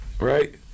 right